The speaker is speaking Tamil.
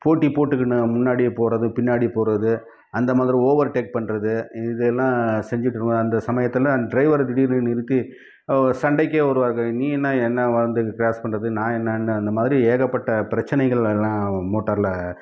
போட்டி போட்டுகுனு முன்னாடி போகிறது பின்னாடி போகிறது அந்த மாதிரி ஓவர்டேக் பண்ணுறது இதெல்லாம் செஞ்சுட்ருக்கோம் அந்த சமயத்தில் டிரைவர் திடீர்னு நிறுத்தி சண்டைக்கே வருவாங்கள் நீ என்ன என்ன வந்து கிராஸ் பண்ணுறது நான் என்னெனானு அந்த மாதிரி ஏகப்பட்ட பிரச்சினைகளல்லா மோட்டாரில்